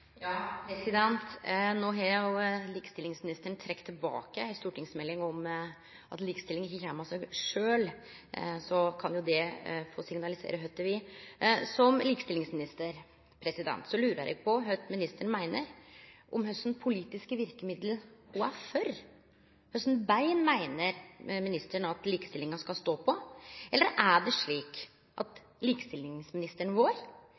har jo likestillingsministeren trekt tilbake ei stortingsmelding om at likestilling ikkje kjem av seg sjølv – så kan det få signalisere kva det vil. Eg lurer på kva likestillingsministeren meiner – kva for politiske verkemiddel er ho for, kva for bein meiner ministeren at likestillinga skal stå på? Eller er det slik at likestillingsministeren vår